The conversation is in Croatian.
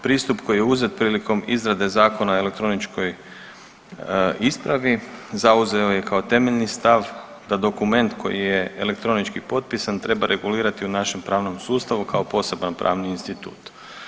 Pristup koji je uzet prilikom izrade Zakona o elektroničkoj ispravi zauzeo je kao temeljni stav da dokument koji je elektronički potpisan treba regulirati u našem pravnom sustavu kao poseban pravni institut.